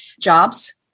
jobs